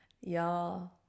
Y'all